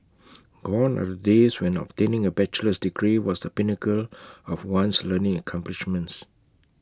gone are the days when obtaining A bachelor's degree was the pinnacle of one's learning accomplishments